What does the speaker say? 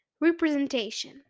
representation